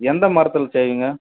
எந்த மரத்தில் செய்வீங்க